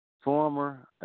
former